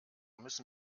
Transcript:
müssen